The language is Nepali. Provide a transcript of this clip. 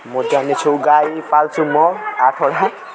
म जान्ने छु गाई पाल्छु म आठवटा